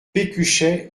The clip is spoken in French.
pécuchet